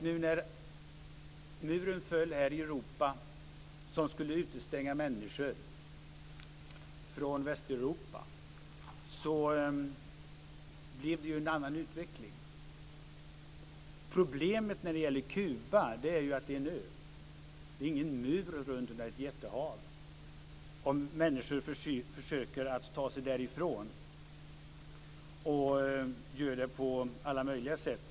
När muren i Europa föll som skulle utestänga människor från Västeuropa blev det ju en annan utveckling. Problemet med Kuba är att det är en ö. Det finns ingen mur runt landet utan det är ett jättehav. Människor försöker att ta sig därifrån på alla möjliga sätt.